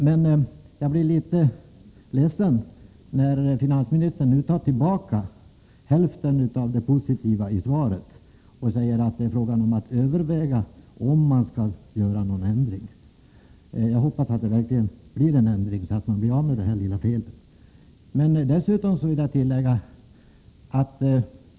Men jag blir litet ledsen när finansministern nu tar tillbaka hälften av det positiva i svaret och säger att det är fråga om att överväga om man skall göra någon ändring. Jag hoppas att det verkligen görs en ändring, så att vi blir av med detta lilla fel.